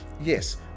yes